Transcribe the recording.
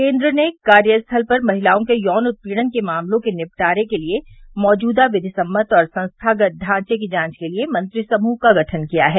केन्द्र ने कार्यस्थल पर महिलाओं के यौन उत्पीड़न के मामलों के निपटारे के लिए मौजूदा विधिसम्मत और संस्थागत ढांचे की जांव के लिए मंत्रि समूह का गठन किया है